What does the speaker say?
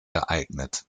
geeignet